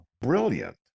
brilliant